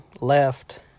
left